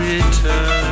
Return